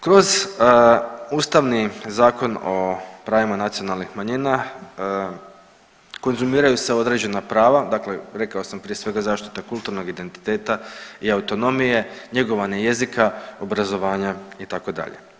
Kroz Ustavni zakon o pravima nacionalnih manjina konzumiraju se određena prava, dakle rekao sam prije svega zaštita kulturnog identiteta i autonomije, njegovanje jezika, obrazovanja itd.